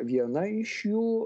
viena iš jų